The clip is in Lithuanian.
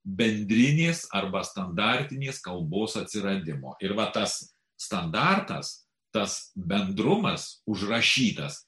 bendrinės arba standartinės kalbos atsiradimo ir va tas standartas tas bendrumas užrašytas